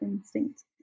instinct